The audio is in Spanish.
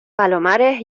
palomares